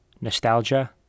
nostalgia